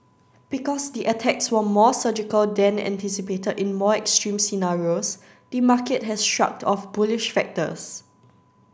because the attacks were more surgical than anticipated in more extreme scenarios the market has shrugged off bullish factors